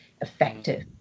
effective